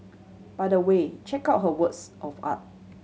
by the way check out her works of art